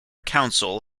council